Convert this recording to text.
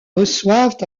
reçoivent